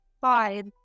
five